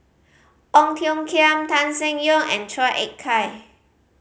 Ong Tiong Khiam Tan Seng Yong and Chua Ek Kay